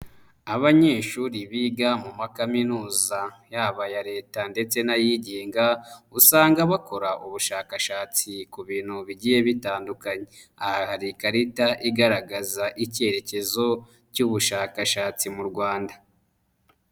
Abanyeshuri biga mu makaminuza yaba aya leta ndetse n'ayigenga, usanga bakora ubushakashatsi ku bintu bigiye bitandukanye. Aha hari ikarita igaragaza icyerekezo cy'ubushakashatsi mu Rwanda.